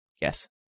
Yes